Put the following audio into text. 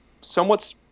somewhat